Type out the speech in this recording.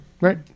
Right